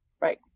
Right